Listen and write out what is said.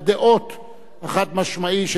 החד-משמעי של כנסת ישראל,